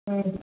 ହୁଁ